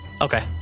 Okay